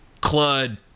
clud